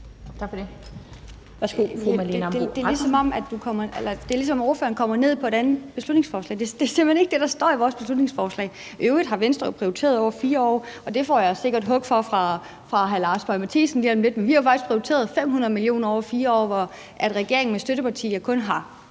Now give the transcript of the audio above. Det er, ligesom om ordføreren taler om et andet beslutningsforslag. Det er simpelt hen ikke det, der står i vores beslutningsforslag. I øvrigt har Venstre jo faktisk over 4 år prioriteret – og det får jeg sikkert hug for fra hr. Lars Boje Mathiesen lige om lidt – 500 mio. kr., hvor regeringen med støttepartier – i